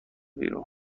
بیرون